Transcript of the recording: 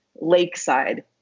lakeside